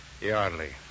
Yardley